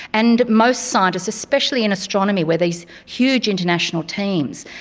and most scientists, especially in astronomy with these huge international teams,